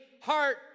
heart